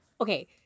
Okay